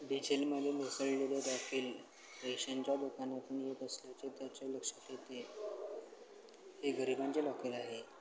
डिझेलमध्ये मिसळलेले रॉकेल पैशांच्या दुकानातून येत असल्याचे त्याच्या लक्षात येते हे गरिबांचे रॉकेल आहे